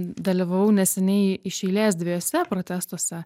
dalyvavau neseniai iš eilės dviejuose protestuose